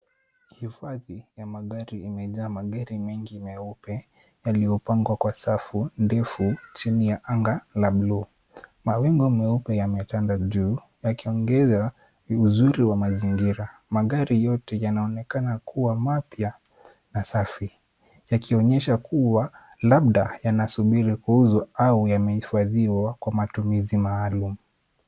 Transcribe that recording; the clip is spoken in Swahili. Hifadhi ya magari imejaa magari mengi meupe yaliyopangwa kwa safu ndefu chini ya anga la buluu. Mawingu meupe yametanda juu, yakiongeza uzuri wa mazingira. Magari yote yanaonekana kuwa mapya na safi. Yakionyesha kuwa labda yanasubiri kuuzwa au yamehifadhiwa kwa matumizi maalum.